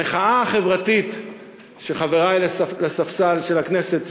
המחאה החברתית שחברי לספסל של הכנסת,